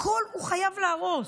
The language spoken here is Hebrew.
הכול הוא חייב להרוס.